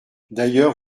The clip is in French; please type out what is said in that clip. d’ailleurs